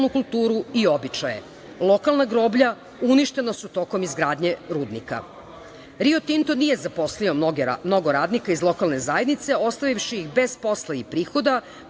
Tinto nije zaposlio mnogo radnika iz lokalne zajednice, ostavivši bez posla i prihoda,